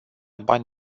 bani